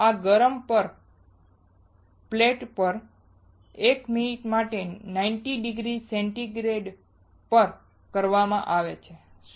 આ ગરમ પ્લેટ પર 1 મિનિટ માટે 90 ડિગ્રી સેન્ટિગ્રેડ પર કરવામાં આવે છે